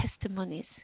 testimonies